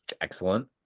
excellent